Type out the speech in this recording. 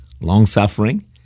long-suffering